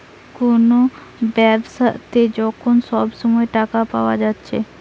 কুনো ব্যাবসাতে যখন সব সময় টাকা পায়া যাচ্ছে